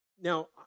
now